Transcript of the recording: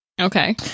Okay